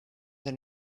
and